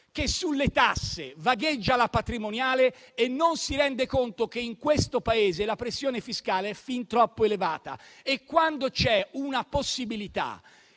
che sulle tasse vagheggia la patrimoniale e non si rende conto che in questo Paese la pressione fiscale è fin troppo elevata. Quando c'è stata la possibilità